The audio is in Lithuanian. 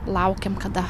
laukėm kada